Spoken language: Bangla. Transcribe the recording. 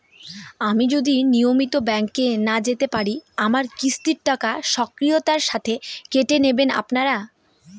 আমি যদি নিয়মিত ব্যংকে না যেতে পারি আমার কিস্তির টাকা স্বকীয়তার সাথে কেটে নেবেন আপনারা?